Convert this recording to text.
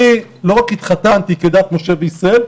אני לא רק התחתנתי כדת משה וישראל,